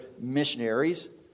missionaries